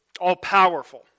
all-powerful